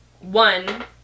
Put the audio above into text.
one